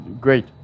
great